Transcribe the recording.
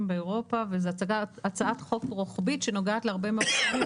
באירופה וזה הצעת חוק רוחבית שנוגעת להרבה מאוד מוצרים,